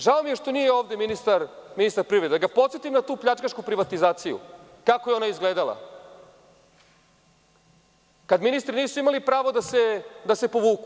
Žao mi je što nije ovde ministar privrede da ga podsetim na tu pljačkašku privatizaciju, kako je onda izgledala, kad ministri nisu imali pravo da se povuku.